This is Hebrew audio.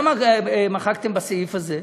למה מחקתם בסעיף הזה?